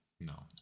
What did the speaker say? No